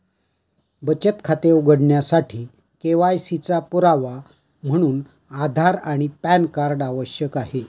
बचत खाते उघडण्यासाठी के.वाय.सी चा पुरावा म्हणून आधार आणि पॅन कार्ड आवश्यक आहे